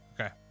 okay